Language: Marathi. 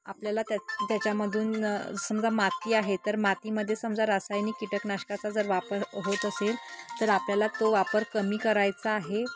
आपल्याला त्या त्याच्यामधून समजा माती आहे तर मातीमध्ये समजा रासायनिक कीटकनाशकाचा जर वापर होत असेल तर आपल्याला तो वापर कमी करायचा आहे